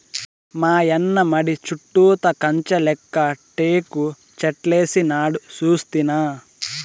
మాయన్న మడి చుట్టూతా కంచెలెక్క టేకుచెట్లేసినాడు సూస్తినా